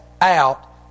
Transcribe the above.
out